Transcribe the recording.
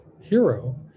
hero